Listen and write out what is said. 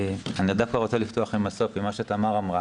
דווקא רוצה לפתוח ולהתייחס לדברים שאמרה תמר.